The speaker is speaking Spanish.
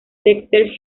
dexter